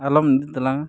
ᱟᱞᱚᱢ ᱤᱫᱤᱭ ᱛᱟᱞᱟᱝᱟ